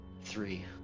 Three